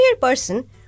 person